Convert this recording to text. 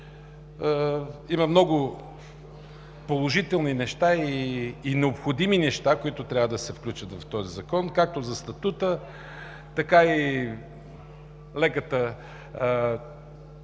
Има много положителни и необходими неща, които трябва да се включат в този закон – както за статута, така и това,